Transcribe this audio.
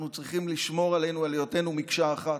אנחנו צריכים לשמור שם על היותנו מקשה אחת,